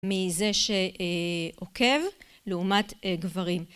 מזה שעוקב לעומת גברים.